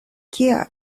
kia